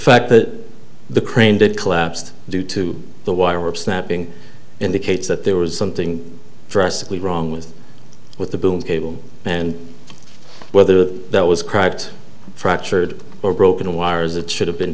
fact that the crane did collapsed due to the wire were snapping indicates that there was something drastically wrong with with the boom cable and whether that was cracked fractured or broken wires that should have been